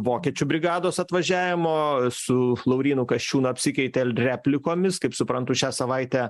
vokiečių brigados atvažiavimo su laurynu kasčiūnu apsikeitė replikomis kaip suprantu šią savaitę